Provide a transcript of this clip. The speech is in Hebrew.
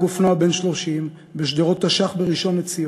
אופנוע בן 30 בשדרות-תש"ח בראשון-לציון.